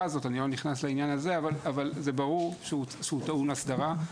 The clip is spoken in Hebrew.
הזאת אני לא נכנס לעניין הזה אבל זה ברור שהוא טעון הסדרה.